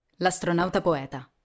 L'astronauta-poeta